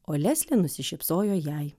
o leslė nusišypsojo jai